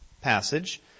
passage